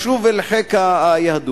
לשוב אל חיק היהדות,